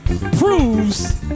proves